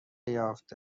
یافته